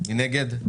מי נגד?